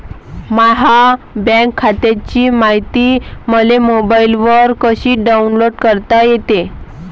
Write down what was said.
माह्या बँक खात्याची मायती मले मोबाईलवर कसी डाऊनलोड करता येते?